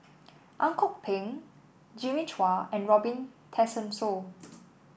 Ang Kok Peng Jimmy Chua and Robin Tessensohn